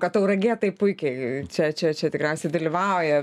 kad tauragė tai puikiai čia čia čia tikriausiai dalyvauja